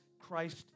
Christ